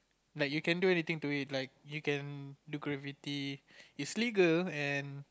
like you can do anything to it like you can do graffiti it's legal and